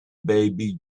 baby